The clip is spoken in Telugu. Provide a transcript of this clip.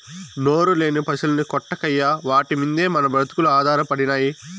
నోరులేని పశుల్ని కొట్టకయ్యా వాటి మిందే మన బ్రతుకులు ఆధారపడినై